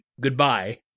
goodbye